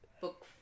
book